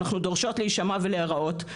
אנחנו דורשות להישמע ולהיראות,